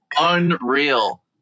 unreal